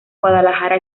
guadalajara